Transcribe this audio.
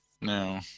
No